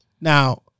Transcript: Now